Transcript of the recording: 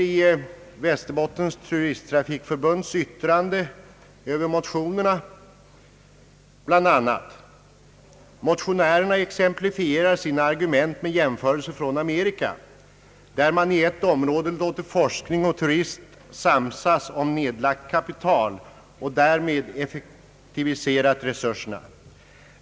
I Västerbottens turisttrafikförbunds yttrande heter det bl.a.: »Motionärerna exemplifierar sina argument med jämförelser från USA, där man i ett område låtit forskning och turism samsas om nedlagt kapital och därmed effektiviserat resurserna.